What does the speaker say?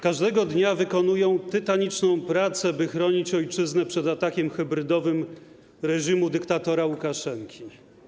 Każdego dnia wykonują tytaniczną pracę, by chronić ojczyznę przed atakiem hybrydowym reżimu dyktatora Łukaszenki.